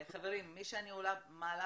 חברים, מי אני מעלה